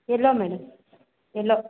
yellow madam yellow